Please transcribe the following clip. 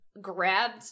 grabbed